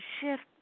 shift